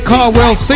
Carwell